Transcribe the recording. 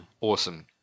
awesome